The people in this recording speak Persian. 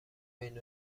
بین